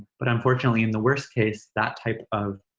but unfortunately, in the worst case, that type of